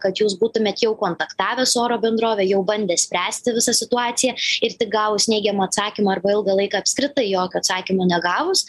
kad jūs būtumėt jau kontaktavę su oro bendrove jau bandę spręsti visą situaciją ir tik gavus neigiamą atsakymą arba ilgą laiką apskritai jokio atsakymo negavus